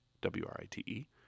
W-R-I-T-E